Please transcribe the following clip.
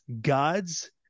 God's